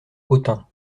autun